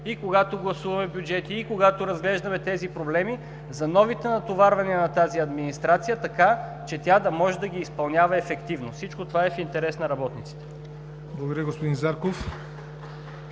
и когато гласуваме бюджети, и когато разглеждаме тези проблеми, за новите натоварвания на тази администрация, така че тя да може да ги изпълнява ефективно. Всичко това е в интерес на работниците.